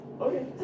Okay